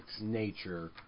nature